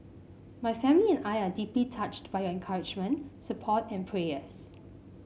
my family and I are deeply touched by your encouragement support and prayers